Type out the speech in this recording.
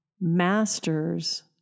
masters